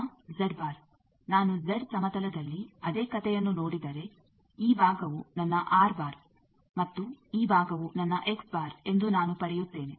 ಈಗ ನಾನು Z ಸಮತಲದಲ್ಲಿ ಅದೇ ಕಥೆಯನ್ನು ನೋಡಿದರೆ ಈ ಭಾಗವು ನನ್ನ ಮತ್ತು ಈ ಭಾಗವು ನನ್ನ ಎಂದು ನಾನು ಪಡೆಯುತ್ತೇನೆ